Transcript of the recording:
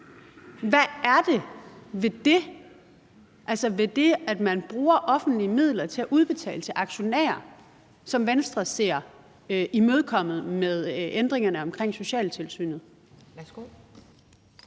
Hvad er det i forhold til det, at man bruger offentlige midler til at udbetale til aktionærer, som Venstre ser imødegået med ændringerne omkring socialtilsynet?